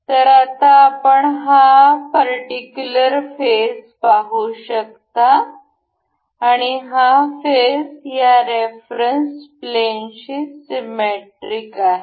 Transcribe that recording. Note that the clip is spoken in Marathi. तर आता आपण हा पर्टिक्युलर फेस पाहू शकतो आणि हा फेस या रेफरन्स प्लेनशी सिमेट्रिक आहे